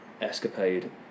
escapade